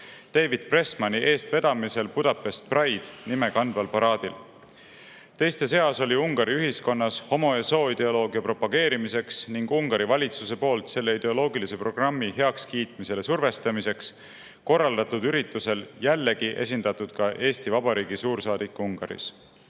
David Pressmani eestvedamisel Budapest Pride'i nime kandval paraadil. Teiste seas oli Ungari ühiskonnas homo‑ ja sooideoloogia propageerimiseks ning Ungari valitsuse poolt selle ideoloogilise programmi heakskiitmisele survestamiseks korraldatud üritusel jällegi esindatud ka Eesti Vabariigi suursaadik